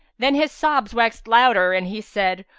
then his sobs waxed louder and he said,